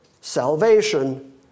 salvation